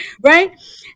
Right